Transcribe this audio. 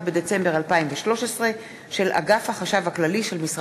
יואב בן צור, מוחמד ברכה, באסל